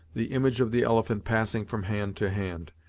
the image of the elephant passing from hand to hand.